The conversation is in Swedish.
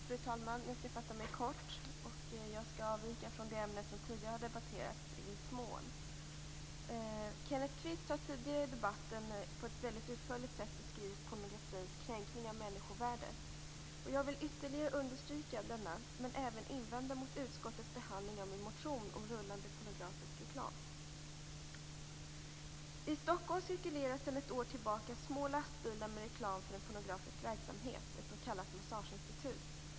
Fru talman! Jag skall fatta mig kort. Jag skall i viss mån avvika från det ämne som tidigare har debatterats. Kenneth Kvist har tidigare i debatten på ett mycket utförligt sätt beskrivit pornografins kränkning av människovärdet. Jag vill ytterligare understryka detta, men även invända mot utskottets behandling av min motion om rullande pornografisk reklam. I Stockholm cirkulerar sedan ett år tillbaka små lastbilar med reklam för en pornografisk verksamhet, ett s.k. massageinstitut.